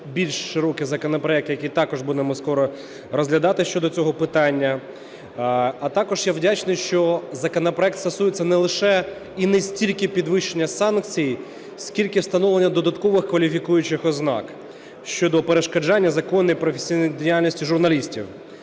більш широкий законопроект, який також будемо скоро розглядати щодо цього питання. А також я вдячний, що законопроект стосується не лише і не стільки підвищення санкцій, скільки встановлення додаткових кваліфікуючих ознак щодо перешкоджання законній професійній діяльності журналістів.